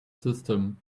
system